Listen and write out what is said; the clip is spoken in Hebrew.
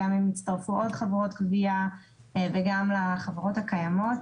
גם אם יצטרפו עוד חברות גבייה וגם לחברות הקיימות.